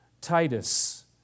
Titus